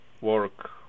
work